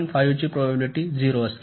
5 probability 0 असते